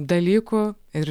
dalykų ir